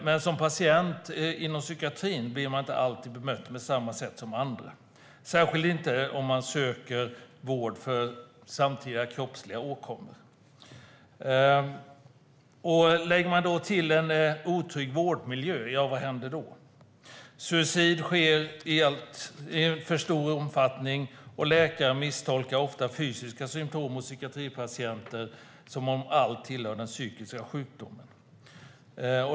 Men som patient inom psykiatrin blir man inte alltid bemött på samma sätt som andra, särskilt inte om man söker vård för någon kroppslig åkomma. Lägger man då till en otrygg vårdmiljö, vad händer då? Suicid sker i alltför stor omfattning. Läkare misstolkar ofta fysiska symtom hos psykiatripatienter, som om allt tillhör den psykiska sjukdomen.